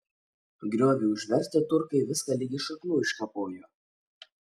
grioviui užversti turkai viską ligi šaknų iškapojo